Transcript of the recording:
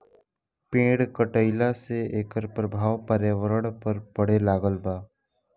पेड़ कटईला से एकर प्रभाव पर्यावरण पर पड़े लागल बा